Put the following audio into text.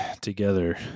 together